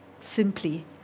simply